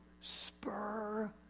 spur